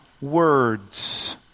words